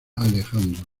alejandro